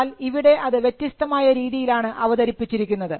എന്നാൽ ഇവിടെ അത് വ്യത്യസ്തമായ രീതിയിലാണ് അവതരിപ്പിച്ചിരിക്കുന്നത്